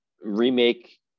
remake